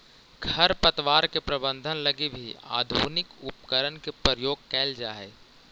खरपतवार के प्रबंधन लगी भी आधुनिक उपकरण के प्रयोग कैल जा हइ